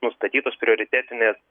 nustatytos prioritetinės